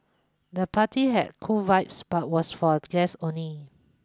the party had cool vibe but was for guests only